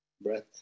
breath